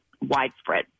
widespread